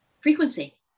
frequency